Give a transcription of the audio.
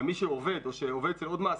אבל מי שעובד או שהוא עובד אצל עוד מעסיק,